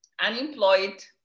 unemployed